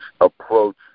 approach